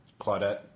Claudette